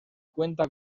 cuenta